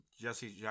Jesse